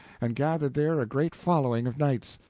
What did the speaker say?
and gathered there a great following of knights.